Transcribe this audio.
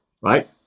right